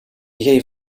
jej